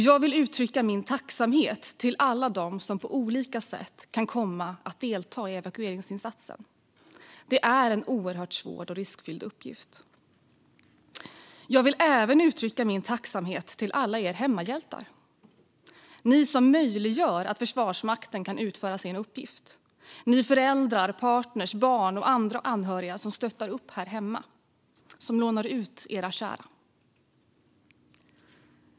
Jag vill uttrycka min tacksamhet till alla dem som på olika sätt kan komma att delta i evakueringsinsatsen. Det är en oerhört svår och riskfylld uppgift. Jag vill även uttrycka min tacksamhet till alla er hemmahjältar, ni som möjliggör att Försvarsmakten kan utföra sin uppgift - ni föräldrar, partner, barn och andra anhöriga som stöttar upp här hemma och lånar ut era kära.